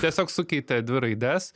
tiesiog sukeitė dvi raides